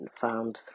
found